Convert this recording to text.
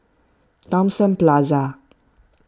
Thomson Plaza